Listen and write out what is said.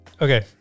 Okay